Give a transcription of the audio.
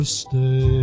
stay